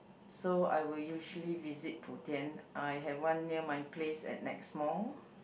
so I will usually visit Putian I have one near my place and next mall